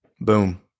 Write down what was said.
Boom